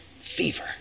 fever